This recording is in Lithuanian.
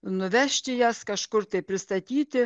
nuvežti jas kažkur tai pristatyti